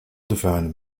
defined